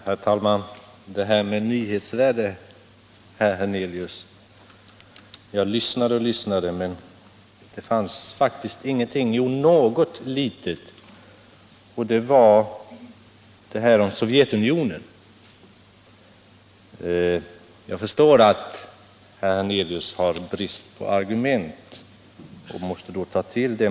Herr talman! Vad gäller nyhetsvärde, herr Hernelius, lyssnade jag uppmärksamt på vad herr Hernelius sade men fann inte mer än något litet i den vägen, nämligen det som gällde Sovjetunionen. Jag förstår att herr Hernelius har brist på argument och då måste använda detta sätt att debattera.